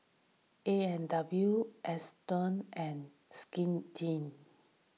A and W Astons and Skin Inc